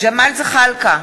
ג'מאל זחאלקה,